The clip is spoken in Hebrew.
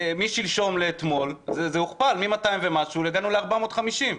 משלשום לאתמול זה הוכפל ממאתיים ומשהו הגענו ל-450.